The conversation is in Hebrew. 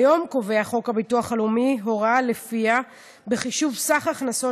כיום קובע חוק הביטוח הלאומי הוראה שלפיה בחישוב סך ההכנסות